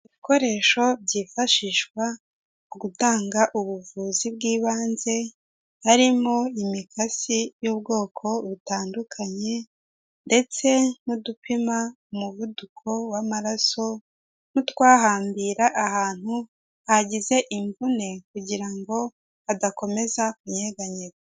Ibikoresho byifashishwa mu gutanga ubuvuzi bw'ibanze, harimo imikasi y'ubwoko butandukanye, ndetse n'udupima umuvuduko w'amaraso, n'utwahambira ahantu hagize imvune kugira ngo hadakomeza kunyeganyega.